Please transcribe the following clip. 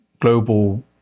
global